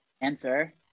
answer